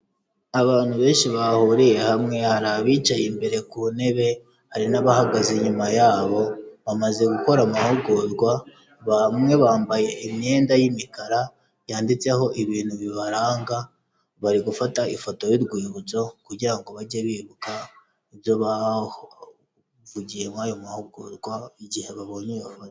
Abantu benshi bahuriye hamwe, hari abicaye imbere ku ntebe, hari n'abahagaze inyuma yabo, bamaze gukora amahugurwa, bamwe bambaye imyenda y'imikara yanditseho ibintu bibaranga bari gufata ifoto y'urwibutso kugira ngo bajye bibuka ibyo bavugiye muri ayo mahugurwa igihe babonye iyo foto.